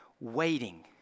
waiting